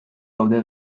gaude